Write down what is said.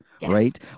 right